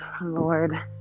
Lord